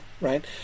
right